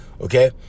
okay